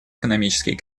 экономический